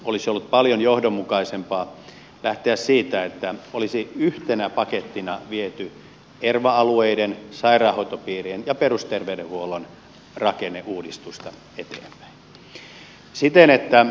olisi ollut paljon johdonmukaisempaa lähteä siitä että olisi yhtenä pakettina viety erva alueiden sairaanhoitopiirien ja perusterveydenhuollon rakenneuudistusta eteenpäin